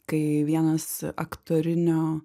kai vienas aktorinio